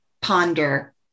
ponder